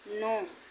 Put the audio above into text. नौ